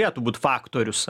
ėtų būt faktorius